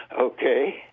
Okay